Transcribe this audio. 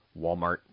Walmart